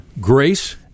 Grace